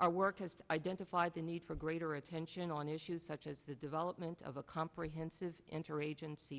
our work has identified the need for greater attention on issues such as the development of a comprehensive interagency